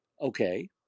Okay